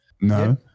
No